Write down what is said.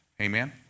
Amen